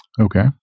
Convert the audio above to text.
Okay